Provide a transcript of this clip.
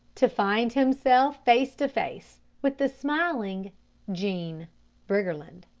to find himself face to face with the smiling jean briggerland.